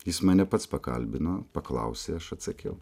jis mane pats pakalbino paklausė aš atsakiau